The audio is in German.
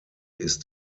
ist